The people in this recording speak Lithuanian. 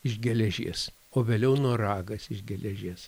iš geležies o vėliau noragas iš geležies